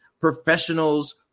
professionals